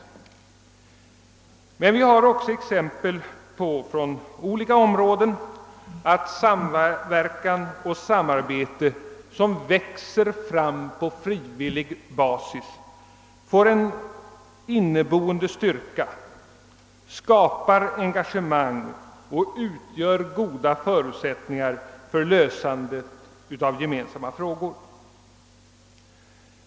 Men vi har också exempel från olika områden på att samverkan och samarbete som växer fram på frivillig basis får en inneboende styrka, skapar enga gemang och utgör goda förutsättningar för lösande av gemensamma frågor.